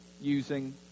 using